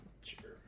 Sure